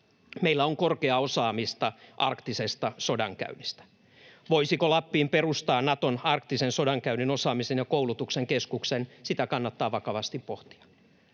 Meillä on korkeaa osaamista arktisesta sodankäynnistä. Voisiko Lappiin perustaa Naton arktisen sodankäynnin osaamisen ja koulutuksen keskuksen? Sitä kannattaa vakavasti pohtia,